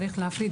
צריך להפריד,